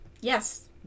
Yes